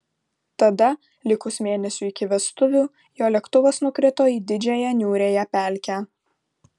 tada likus mėnesiui iki vestuvių jo lėktuvas nukrito į didžiąją niūriąją pelkę